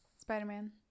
spider-man